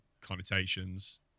connotations